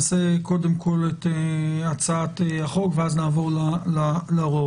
קודם כל את הצעת החוק ואז נעבור להוראות.